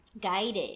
guided